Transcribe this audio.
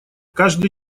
каждый